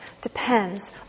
depends